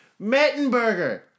Mettenberger